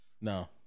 No